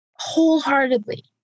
wholeheartedly